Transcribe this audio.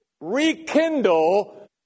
rekindle